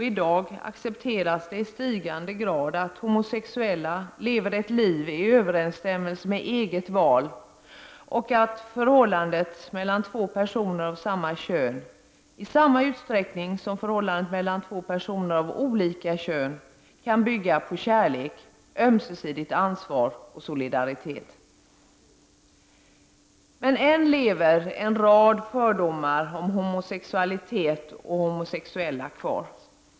I dag accepteras i stigande grad att homosexuella lever ett liv i överensstämmelse med eget val och att förhållandet mellan två personer av samma kön, i samma utsträckning som förhållandet mellan två personer av olika kön, kan bygga på kärlek, ömsesidigt ansvar och solidaritet. Men än lever en rad fördomar om homosexualitet och homosexuella kvar.